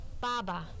Baba